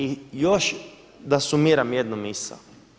I još da sumiram jednu misao.